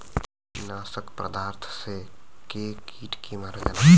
कीटनाशक पदार्थ से के कीट के मारल जाला